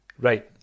Right